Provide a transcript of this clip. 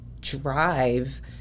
drive